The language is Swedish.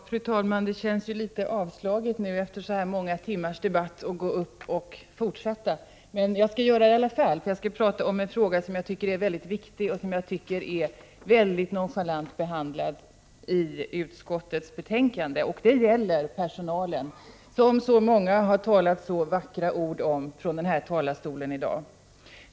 Fru talman! Det känns litet avslaget att efter så här många timmars debatt gå upp och fortsätta. Jag skall göra det i alla fall, eftersom jag skall tala om en fråga som jag tycker är mycket viktig och som har fått en nonchalant behandling i utskottsbetänkandet. Det gäller personalen, som så många har sagt så vackra ord om från den här talarstolen i dag.